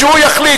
כשהוא יחליט,